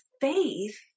faith